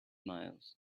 miles